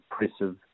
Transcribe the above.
impressive